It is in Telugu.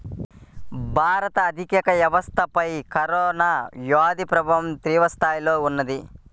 భారత ఆర్థిక వ్యవస్థపైన కరోనా వ్యాధి ప్రభావం తీవ్రస్థాయిలో ఉన్నది